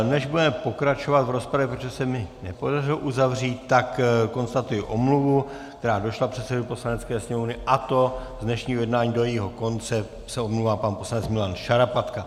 Než budeme pokračovat v rozpravě, protože se mi ji nepodařilo uzavřít, tak konstatuji omluvu, která došla předsedovi Poslanecké sněmovny, a to z dnešního jednání do jejího konce se omlouvá pan poslanec Milan Šarapatka.